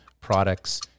products